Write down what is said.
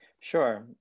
Sure